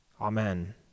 Amen